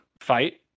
fight